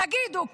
תגידו,